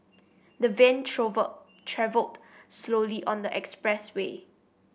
the van travelled slowly on the expressway